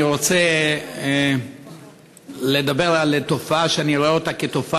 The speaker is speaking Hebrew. אני רוצה לדבר על תופעה שאני רואה אותה כתופעה